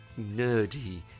nerdy